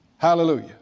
Hallelujah